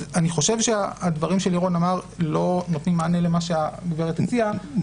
אז אני חושב שהדברים שלירון אמר לא נותנים מענה למה שהגברת הציעה,